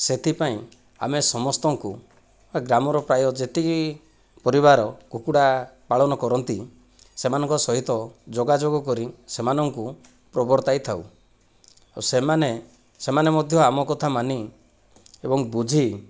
ସେଥିପାଇଁ ଆମେ ସମସ୍ତଙ୍କୁ ଗ୍ରାମର ପ୍ରାୟ ଯେତିକି ପରିବାର କୁକୁଡ଼ା ପାଳନ କରନ୍ତି ସେମାନଙ୍କ ସହିତ ଯୋଗାଯୋଗ କରି ସେମାନଙ୍କୁ ପ୍ରବର୍ତ୍ତାଇ ଥାଉ ସେମାନେ ସେମାନେ ମଧ୍ୟ ଆମ କଥା ମାନି ଏବଂ ବୁଝି